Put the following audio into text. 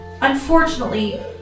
Unfortunately